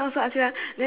right facing